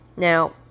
Now